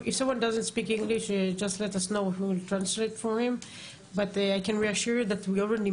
כי אנחנו כבר נפגשנו אני וחברי מאיר.